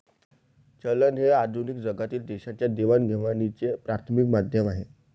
चलन हे आधुनिक जगातील देशांच्या देवाणघेवाणीचे प्राथमिक माध्यम आहे